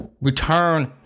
return